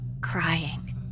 Crying